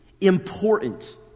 important